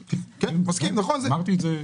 כן, אמרתי את זה.